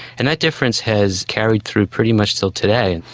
and that difference has carried through pretty much until today.